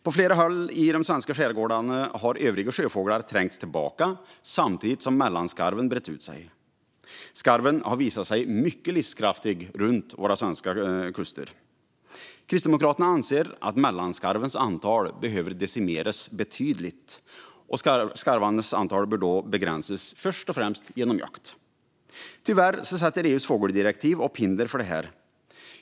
På flera håll i de svenska skärgårdarna har övriga sjöfåglar trängts tillbaka samtidigt som mellanskarven har brett ut sig. Skarven har visat sig vara mycket livskraftig vid våra svenska kuster. Kristdemokraterna anser att mellanskarvens antal behöver decimeras betydligt och begränsas främst genom jakt. Tyvärr sätter EU:s fågeldirektiv upp hinder för det.